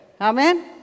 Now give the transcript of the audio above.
Amen